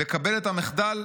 לקבל את המחדל,